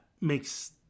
makes